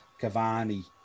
Cavani